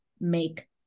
make